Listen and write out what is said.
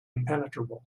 impenetrable